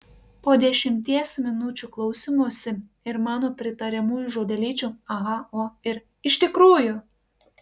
po dešimties minučių klausymosi ir mano pritariamųjų žodelyčių aha o ir iš tikrųjų